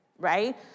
right